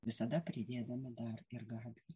visada pridėdami dar ir gabiją